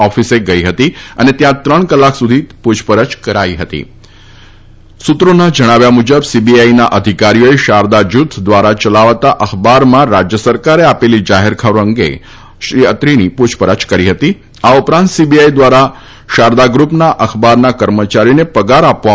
ઓફિસે ગઈ હતી અને ત્યાં ત્રણ કલાક સુધી પુછપરછ કરી હતીુત્રોના જણાવ્યા મુજબ સીબીઆઈના અધિકારીઓએ શારદા જ્નથ દ્વારા યલાવાતા અખબારમાં રાજ્ય સરકારે આપેલી જાહેરખબર અંગે અત્રીની પુછપરછ કરી હતીઆ ઉપરાંત સીબીઆઈ દ્વારા શારદા ગ્રૂપના અખબારના કર્મયારીઓને પગાર આપવા